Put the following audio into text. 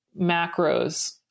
macros